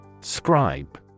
Scribe